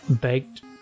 baked